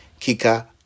Kika